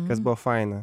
kas buvo faina